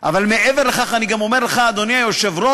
אבל מעבר לכך אני גם אומר לך, אדוני היושב-ראש,